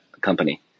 company